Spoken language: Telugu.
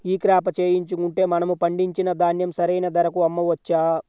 ఈ క్రాప చేయించుకుంటే మనము పండించిన ధాన్యం సరైన ధరకు అమ్మవచ్చా?